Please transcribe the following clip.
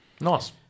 Nice